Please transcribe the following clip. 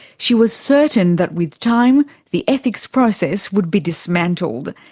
she was certain that with time the ethics process would be dismantled.